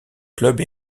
club